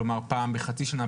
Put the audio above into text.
כלומר פעם בחצי שנה,